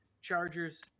Chargers